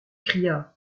cria